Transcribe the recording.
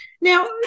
Now